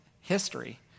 history